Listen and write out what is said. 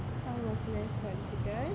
sun was less confident